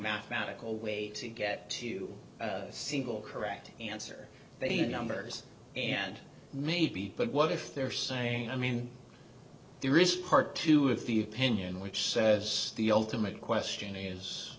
mathematical way to get to single correct answer they numbers and maybe but what if they're saying i mean there is part two of the opinion which says the ultimate question is